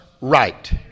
right